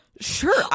sure